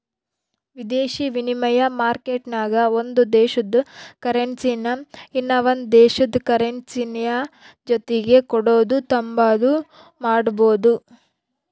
ವಿದೇಶಿ ವಿನಿಮಯ ಮಾರ್ಕೆಟ್ನಾಗ ಒಂದು ದೇಶುದ ಕರೆನ್ಸಿನಾ ಇನವಂದ್ ದೇಶುದ್ ಕರೆನ್ಸಿಯ ಜೊತಿಗೆ ಕೊಡೋದು ತಾಂಬಾದು ಮಾಡ್ಬೋದು